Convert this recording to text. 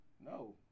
No